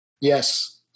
Yes